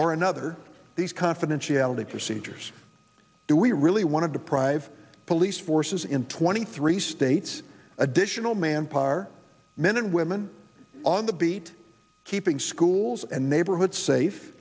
or another these confidentiality procedures do we really want to deprive police forces in twenty three states additional manpower men and women on the beat keeping schools and neighborhoods safe